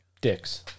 dicks